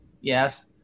Yes